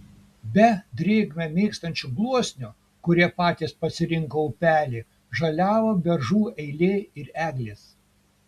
be drėgmę mėgstančių gluosnių kurie patys pasirinko upelį žaliavo beržų eilė ir eglės